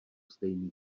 stejný